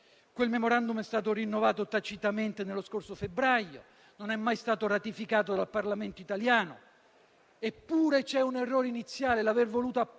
Quel *memorandum* è stato rinnovato tacitamente nello scorso febbraio, non è mai stato ratificato dal Parlamento italiano, eppure c'è un errore iniziale: l'aver voluto appaltare